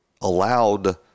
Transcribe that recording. allowed